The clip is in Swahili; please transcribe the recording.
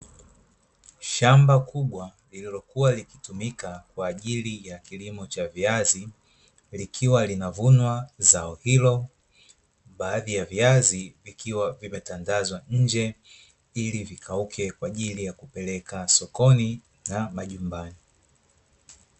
Shamba kubwa lililokuwa likitumika kwa ajili ya kilimo cha viazi likiwa linavunwa zao hilo, baadhi ya viazi vikiwa vimetandazwa nje ili vikauke kwa ajili ya kupelekwa sokoni na majumbani.